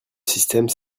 système